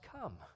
come